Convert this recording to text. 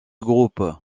groupe